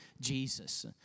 Jesus